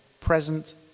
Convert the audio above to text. present